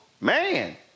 man